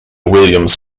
williams